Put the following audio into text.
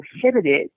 prohibited